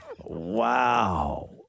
Wow